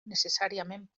necessàriament